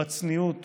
בצניעות